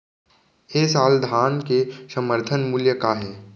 ए साल धान के समर्थन मूल्य का हे?